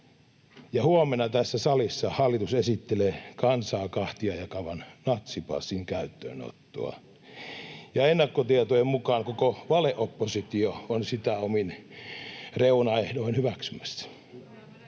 huomenna tässä salissa hallitus esittelee kansaa kahtia jakavan natsipassin käyttöönottoa, ja ennakkotietojen mukaan koko valeoppositio on sitä omin reunaehdoin hyväksymässä.